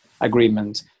agreement